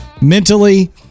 mentally